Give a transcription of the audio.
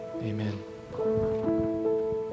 Amen